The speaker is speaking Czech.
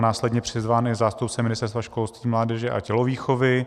Následně byl přizván i zástupce Ministerstva školství, mládeže a tělovýchovy.